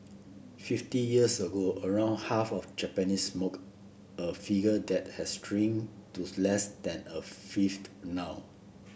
fifty years ago around half of Japanese smoked a figure that has shrunk to less than a fifth now